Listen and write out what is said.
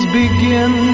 begin